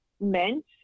meant